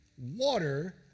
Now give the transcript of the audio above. water